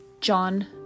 John